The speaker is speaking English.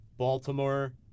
Baltimore